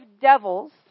devils